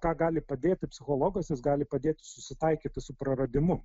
ką gali padėti psichologas jis gali padėti susitaikyti su praradimu